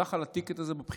הלך על הטיקט הזה בבחירות